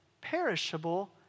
perishable